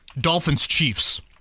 Dolphins-Chiefs